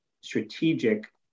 strategic